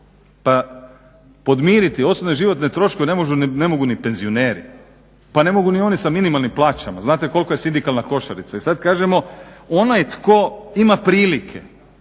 Pa podmiriti osnovne životne troškove ne mogu ni penzioneri, pa ne mogu ni oni sa minimalnim plaćama. Znate kolika je sindikalna košarica. I sad kažemo onaj tko ima prilike.